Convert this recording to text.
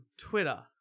Twitter